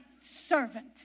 servant